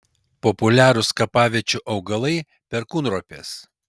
populiarūs kapaviečių augalai perkūnropės